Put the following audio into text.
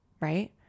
Right